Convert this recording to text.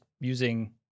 using